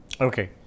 Okay